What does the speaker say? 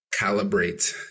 calibrate